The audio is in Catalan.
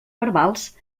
verbals